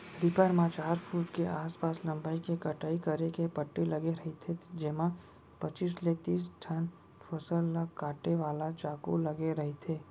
reaper म चार foot के आसपास लंबई के कटई करे के पट्टी लगे रहिथे जेमा पचीस ले तिस ठन फसल ल काटे वाला चाकू लगे रहिथे